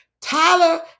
Tyler